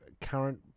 current